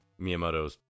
Miyamoto's